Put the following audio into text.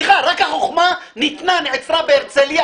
החוכמה נעצרה בהרצליה?